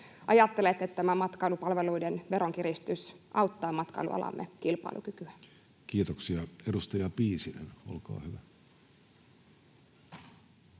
ajattelette, että tämä matkailupalveluiden veronkiristys auttaa matkailualan kilpailukykyä? Kiitoksia. — Edustaja Piisinen, olkaa hyvä.